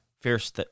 Fierce